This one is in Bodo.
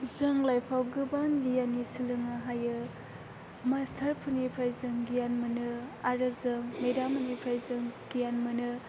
जों लाइफआव गोबां गियान सोलोंनो हायो मास्थारफोरनिफ्राय जों गियान मोनो आरो जों मेडाममोननिफ्राय जों गियान मोनो